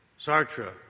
Sartre